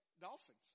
Dolphins